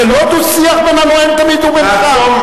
זה לא דו-שיח בין הנואם ובינך תמיד.